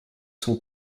son